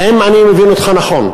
האם אני מבין אותך נכון?